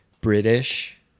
British